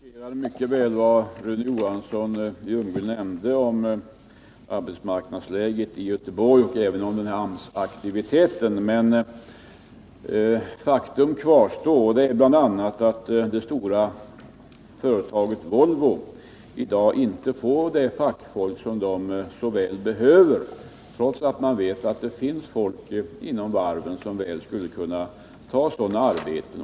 Herr talman! Jag noterade mycket väl vad Rune Johansson i Ljungby nämnde om arbetsmarknadsläget och AMS-aktiviteten i Göteborg. Men faktum kvarstår att bl.a. det stora företaget Volvo i dag inte får det fackfolk som det så väl behöver, trots att man vet att det finns människor inom varven som skulle kunna ta dessa arbeten.